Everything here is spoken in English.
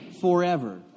forever